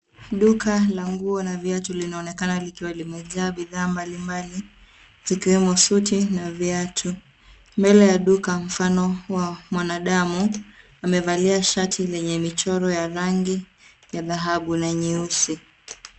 Duka la viatu na nguo linaonekana likiwa kumekua bidhaa mbalimbali zikiwemo suti na viatu. Mbele ya duka mfano wa mwanadamu amevalia shati lenye michoro ya rangi ya dhahabu na nyeusi.